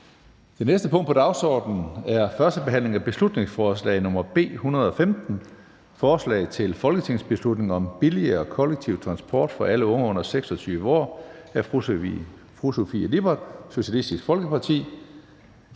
Det næste punkt på dagsordenen er: 3) 1. behandling af beslutningsforslag nr. B 115: Forslag til folketingsbeslutning om billigere kollektiv transport for alle unge under 26 år. Af Sofie Lippert (SF) m.fl.